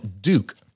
Duke